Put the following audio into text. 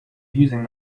using